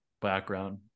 background